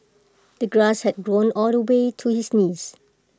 the grass had grown all the way to his knees